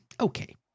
okay